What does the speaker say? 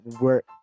work